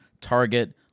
Target